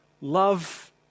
love